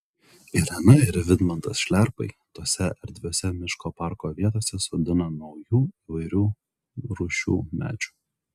irena ir vidmantas šliarpai tose erdviose miško parko vietose sodina naujų įvairių rūšių medžių